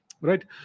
right